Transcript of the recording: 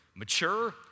Mature